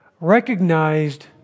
recognized